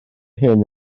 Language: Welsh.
hyn